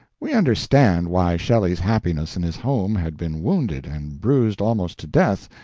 we understand why shelley's happiness in his home had been wounded and bruised almost to death,